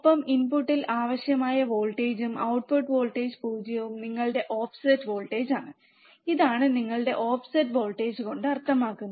ഒപ്പം ഇൻപുട്ടിൽ ആവശ്യമായ വോൾട്ടേജും ഔട്ട്ട്ട്പുട്ട് വോൾട്ടേജ് 0 നിങ്ങളുടെ ഓഫ്സെറ്റ് വോൾട്ടേജാണ് ഇതാണ് ഓഫ്സെറ്റ് വോൾട്ടേജ് അർത്ഥമാക്കുന്നത്